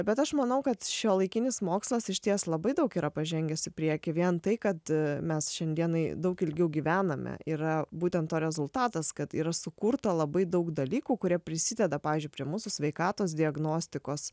bet aš manau kad šiuolaikinis mokslas išties labai daug yra pažengęs į priekį vien tai kad mes šiandienai daug ilgiau gyvename yra būtent to rezultatas kad yra sukurta labai daug dalykų kurie prisideda pavyzdžiui prie mūsų sveikatos diagnostikos